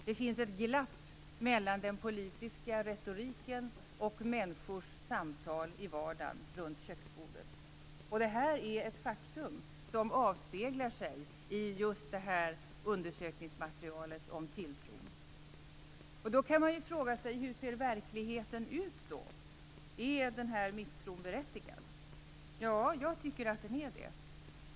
Det finns ett glapp mellan den politiska retoriken och människors samtal i vardagen runt köksbordet. Det här är ett faktum som avspeglar sig just i det här undersökningsmaterialet om tilltron. Man kan då fråga sig hur verkligheten ser ut. Är den här misstron berättigad? Ja, jag tycker att den är det.